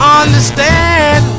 understand